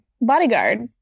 bodyguard